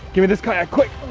give me this kayak, quick.